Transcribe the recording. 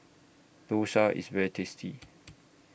Dosa IS very tasty